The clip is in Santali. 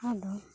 ᱟᱫᱚ